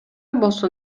болсо